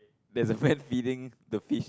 there's a man feeding the fish